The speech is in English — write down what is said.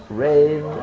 rain